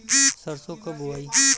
सरसो कब बोआई?